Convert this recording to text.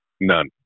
None